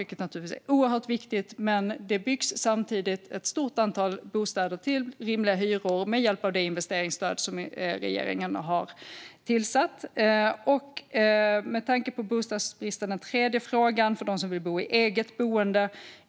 Det är naturligtvis oerhört viktigt, men det byggs samtidigt ett stort antal bostäder till rimliga hyror med hjälp av det investeringsstöd som regeringen har infört. Sedan var det den tredje frågan om bostadsbristen och de som vill bo i eget boende.